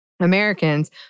Americans